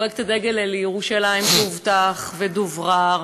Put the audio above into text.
פרויקט הדגל אל ירושלים שהובטח ודוברר,